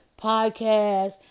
podcast